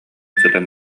сытан